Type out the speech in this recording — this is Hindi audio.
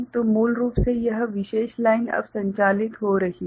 तो मूल रूप से यह विशेष लाइन अब संचालित हो रही है